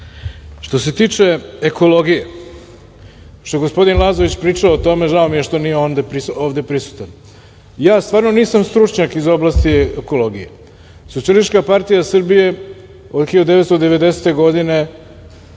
se tiče, ekologije, što je gospodin Lazović pričao o tome, žao mi je što nije on ovde prisutan. Stvarno nisam stručnjak iz oblasti ekologije. Socijalistička partija Srbije od 1990. godine,